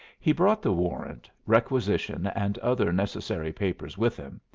he brought the warrant, requisition, and other necessary papers with him,